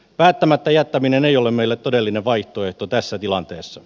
päättämättä jättäminen ei ole meille todellinen vaihtoehto tässä tilanteessa